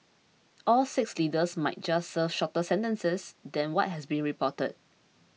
all six leaders might just serve shorter sentences than what has been reported